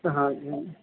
ਹਾਂਜੀ